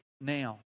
Now